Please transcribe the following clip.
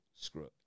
Screw